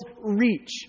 reach